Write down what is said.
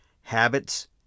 habits